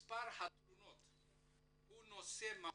מספר התלונות הוא נושא מהותי.